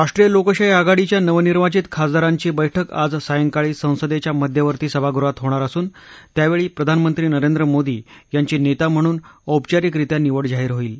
राष्ट्रीय लोकशाही आघाडीच्या नवनिर्वाचित खासदारांची बैठक आज सायंकाळी संसदेच्या मध्यवर्ती सभागृहात होणार असून त्यावेळी प्रधानमंत्री नरेंद्र मोदी यांची नेता म्हणून औपचारिक रीत्या निवड जाहीर होईल